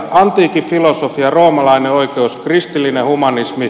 antiikin filosofia roomalainen oikeus kristillinen humanismi